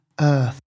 Earth